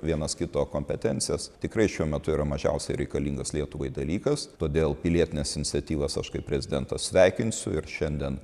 vienas kito kompetencijas tikrai šiuo metu yra mažiausiai reikalingas lietuvai dalykas todėl pilietines iniciatyvas aš kaip prezidentas sveikinsiu ir šiandien